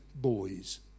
boys